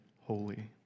holy